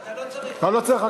אתה לא צריך, לא צריך?